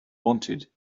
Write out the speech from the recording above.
wanted